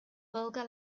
vulgar